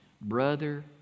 Brother